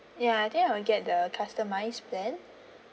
ya I think I will get the customised plan